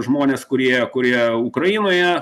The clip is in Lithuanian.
žmonės kurie kurie ukrainoje